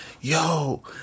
yo